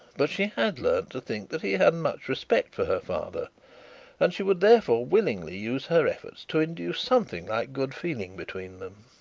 but she had learnt to think that he had much respect for her father and she would, therefore, willingly use her efforts to induce something like good feeling between them.